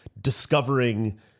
discovering